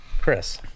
Chris